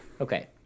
Okay